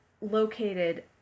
located